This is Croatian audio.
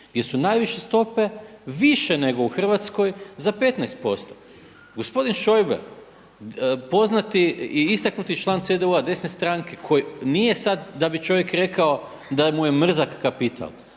gdje su najviše stope više nego u Hrvatskoj za 15%. Gospodin Schäuble poznati i istaknuti član CDU-a, desne stranke koji nije sada da bi čovjek rekao da mu je mrzak kapital